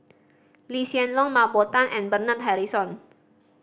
Lee Hsien Loong Mah Bow Tan and Bernard Harrison